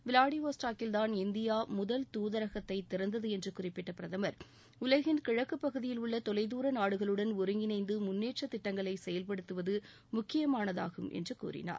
விளாடிவோஸ்டாக்கில்தான் இந்தியாமுதல் தூதரகத்தைதிறந்ததுஎன்றுகுறிப்பிட்டபிரதமா் உலகின் கிழக்குப் பகுதியில் உள்ளதொலைதூர நாடுகளுடன் ஒருங்கிணைந்துமுன்னேற்றதிட்டங்களைசெயல்படுத்துவதுமுக்கியமானதாகும் என்றுகூறினார்